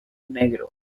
negro